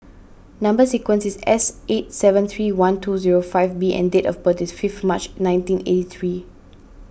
Number Sequence is S eight seven three one two zero five B and date of birth is fifth March nineteen eighty three